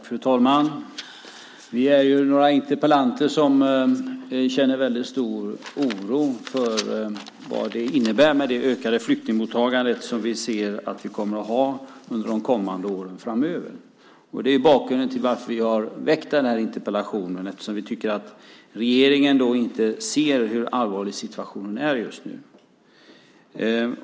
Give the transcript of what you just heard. Fru talman! Vi är några interpellanter som känner väldigt stor oro för vad det ökade flyktingmottagandet under de kommande åren kommer att innebära. Det är bakgrunden till att vi har väckt denna interpellation. Vi tycker nämligen inte att regeringen ser hur allvarlig situationen är just nu.